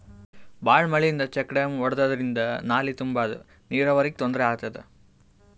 ಭಾಳ್ ಮಳಿಯಿಂದ check dam ಒಡ್ಯಾದ್ರಿಂದ ನಾಲಿ ತುಂಬಾದು ನೀರಾವರಿಗ್ ತೊಂದ್ರೆ ಆತದ